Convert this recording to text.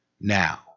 now